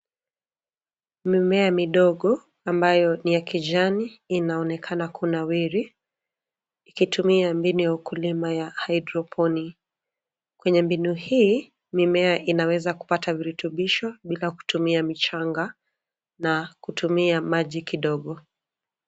Mimea midogo ambayo ni ya kijani inaonekana kunawiri ikitumia mbinu ya ukulima ya hydroponi . Kwenye mbinu hii, mimea inaweza kupata virutubisho bila kutumia michanga na kutumia maji kidogo.